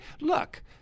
look